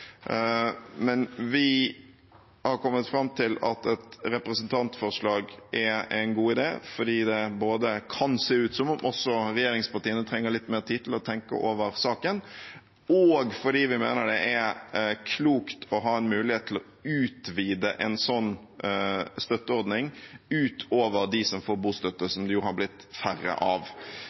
Men vi har kommet fram til at et representantforslag er en god idé, både fordi det kan se ut som om også regjeringspartiene trenger litt mer tid til å tenke over saken, og fordi vi mener det er klokt å ha en mulighet til å utvide en sånn støtteordning utover dem som får bostøtte, som det jo har blitt færre av.